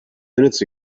minutes